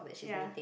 ya